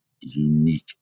unique